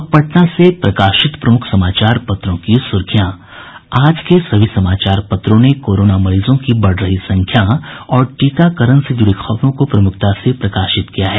अब पटना से प्रकाशित प्रमुख समाचार पत्रों की सुर्खियां आज के सभी समाचार पत्रों ने कोरोना मरीजों की बढ़ रही संख्या और टीकाकरण से जुड़ी खबरों को प्रमुखता से प्रकाशित किया है